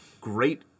great